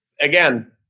again